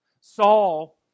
Saul